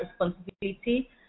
responsibility